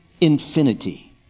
infinity